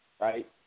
right